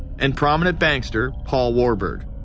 and prominent bankster paul warburg.